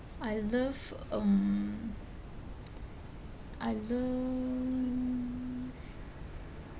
I love um I love